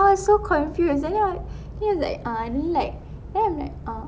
I was so confused then I then he was like ah I don't like then I'm like uh